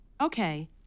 Okay